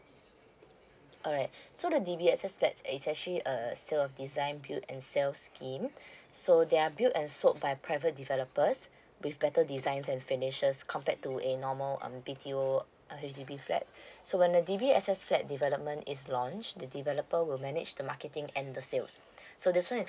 alright so the D_B_S_S flat is actually a sale of design build and sell scheme so they are build and sold by private developers with better designs and finishes compared to a normal um B_T_O uh H_D_B flat so when the D_B_S_S flat development is launched the developer will manage the marketing and the sales so this one is